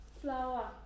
flower